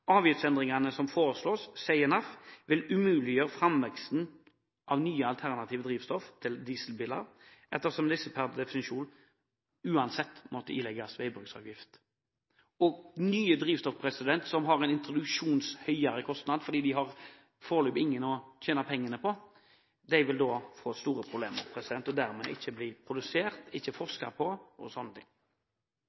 Avgiftsendringene som foreslås, sier NAF, vil umuliggjøre framveksten av nye alternative drivstoff til dieselbiler, ettersom disse per definisjon uansett vil måtte ilegges veibruksavgift. Nye drivstoff som har en høyere introduksjonskostnad fordi en foreløpig ikke kan tjene penger på dem, vil da få store problemer og dermed ikke bli produsert, ikke